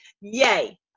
Yay